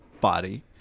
body